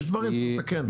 יש דברים שצריך לתקן.